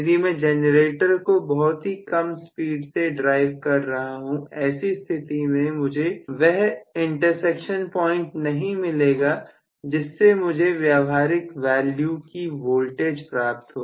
यदि मैं जनरेटर को बहुत ही कम स्पीड में ड्राइव कर रहा हूं ऐसी स्थिति में मुझे वह इंटरसेक्शन पॉइंट नहीं मिलेगा जिससे मुझे व्यावहारिक वैल्यू की वोल्टेज प्राप्त हो